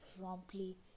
promptly